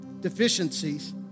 deficiencies